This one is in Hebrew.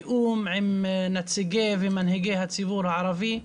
תיאום עם נציגי ומנהיגי הציבור הערבי.